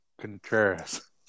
Contreras